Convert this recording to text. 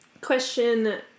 Question